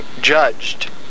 judged